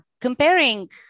comparing